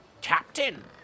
Captain